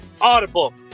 Audible